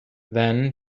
then